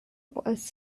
was